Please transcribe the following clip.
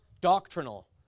doctrinal